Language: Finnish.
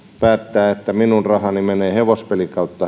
päättää että minun rahani menevät hevospeliin